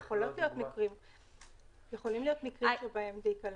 יכולים להיות מקרים שבהם זה ייכלל.